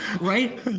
Right